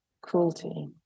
cruelty